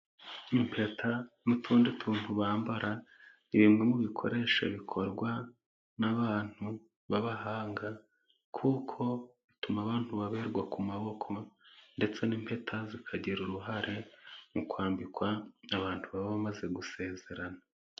Impeta n'utundi tuntu bambara ni bimwe mu bikoresho bikorwa n'abantu b'abahanga kuko bituma abantu baberwa ku maboko, ndetse n'impeta zikagira uruhare mu kwambikwa abantu baba bamaze gusezerana.